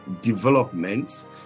Developments